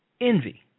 envy